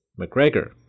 McGregor